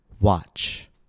watch